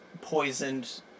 poisoned